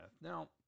Now